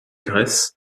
grèce